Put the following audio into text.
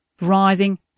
writhing